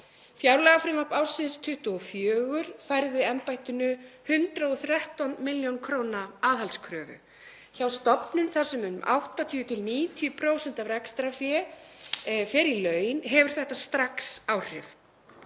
Fjárlagafrumvarp ársins 2024 færði embættinu 113 millj. kr. aðhaldskröfu. Hjá stofnun þar sem um 80–90% af rekstrarfé fara í laun hefur þetta strax áhrif.